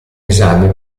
esame